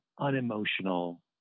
unemotional